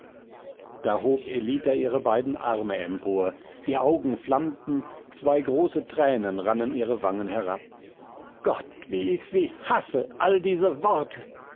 da hob ellita ihre beiden arme empor die augen flammten zwei große tränen rannen ihre wangen herab gott wie ich sie hasse alle diese worte